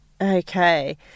Okay